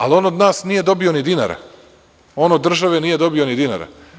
Ali, on od nas nije dobio ni dinara, on od države nije dobio ni dinara.